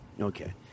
Okay